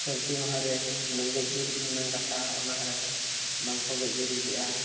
ᱥᱟᱹᱨᱫᱤ ᱢᱟᱦᱟ ᱨᱮ ᱜᱮᱡ ᱜᱩᱨᱤᱡ ᱨᱮᱱᱟᱜ ᱠᱟᱛᱷᱟ ᱚᱱᱟ ᱨᱮᱦᱚᱸ ᱵᱟᱝ ᱠᱚ ᱜᱮᱡ ᱜᱩᱨᱤᱡᱮᱜᱼᱟ